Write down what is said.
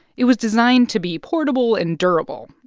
it was designed to be portable and durable.